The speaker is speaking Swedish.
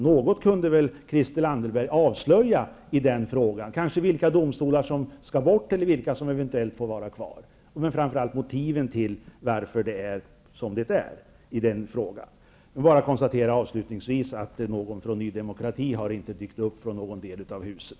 Någonting kunde väl Christel Anderberg avslöja i den frågan. Kanske kunde hon avslöja vilka domstolar som skall bort och vilka som eventuellt får vara kvar. Framför allt kunde hon väl ange motiven till varför det är som det är i den frågan. Avslutningsvis konstaterar jag bara att ingen i Ny demokrati har dykt upp från någon del av huset.